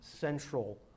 central